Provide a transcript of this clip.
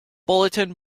bulletin